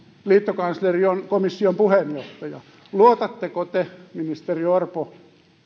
liittokansleri on komission puheenjohtaja luotatteko te ministeri orpo